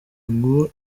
ngo